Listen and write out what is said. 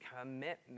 commitment